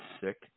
sick